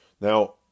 Now